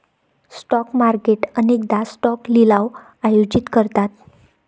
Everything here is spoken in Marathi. स्टॉक मार्केट अनेकदा स्टॉक लिलाव आयोजित करतात